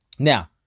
Now